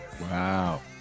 Wow